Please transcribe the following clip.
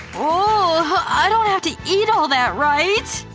ow, i don't have to eat all that, right?